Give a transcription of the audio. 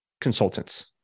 consultants